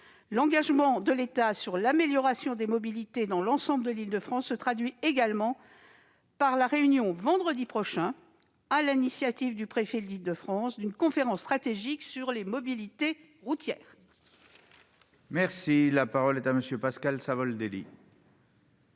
L'engagement de l'État pour l'amélioration des mobilités dans l'ensemble de l'Île-de-France se traduit également par la réunion, vendredi prochain, sur l'initiative du préfet de l'Île-de-France, d'une conférence stratégique sur les mobilités routières. La parole est à M. Pascal Savoldelli.